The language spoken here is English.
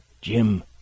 Jim